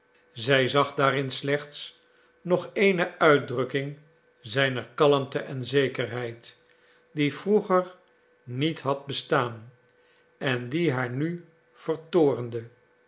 zij zag daarin slechts nog eene uitdrukking zijner kalmte en zekerheid die vroeger niet had bestaan en die haar nu vertoornde